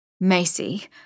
Macy